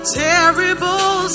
terrible